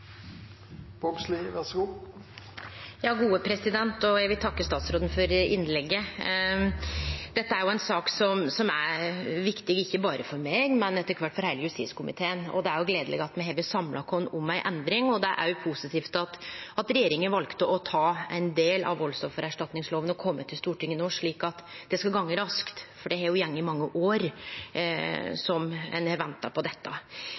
viktig, ikkje berre for meg, men etter kvart for heile justiskomiteen, og det er gledeleg at me har samla oss om ei endring. Det er også positivt at regjeringa valde å ta ein del av valdsoffererstatningslova og kome til Stortinget, slik at det skulle gå raskt, for det har jo gått mange år kor ein har venta på dette.